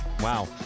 Wow